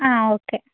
ಹಾಂ ಓಕೆ